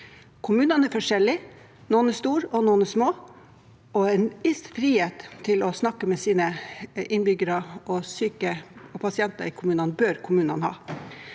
Kommunene er forskjellige, noen er store, og noen er små, og en viss frihet til å snakke med sine innbyggere og pasienter bør kommunene